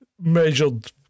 measured